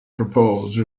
propose